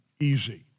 easy